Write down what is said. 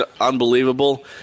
unbelievable